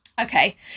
Okay